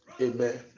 Amen